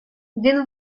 він